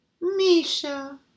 Misha